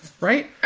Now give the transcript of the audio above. Right